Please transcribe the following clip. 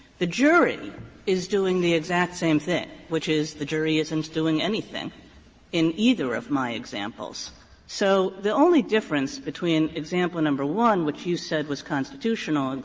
the jury is doing the exact same thing, which is the jury isn't doing anything in either of my examples so the only difference between example number one, which you said was constitutional,